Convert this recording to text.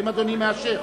האם אדוני מאשר?